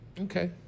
okay